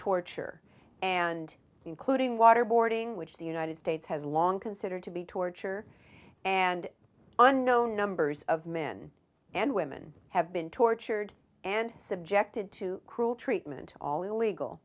torture and including waterboarding which the united states has long considered to be torture and unknown numbers of men and women have been tortured and subjected to cruel treatment all illegal